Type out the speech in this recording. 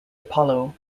apollo